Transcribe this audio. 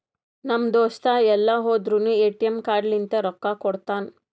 ನಮ್ ದೋಸ್ತ ಎಲ್ ಹೋದುರ್ನು ಎ.ಟಿ.ಎಮ್ ಕಾರ್ಡ್ ಲಿಂತೆ ರೊಕ್ಕಾ ಕೊಡ್ತಾನ್